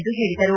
ಎಂದು ಹೇಳಿದರು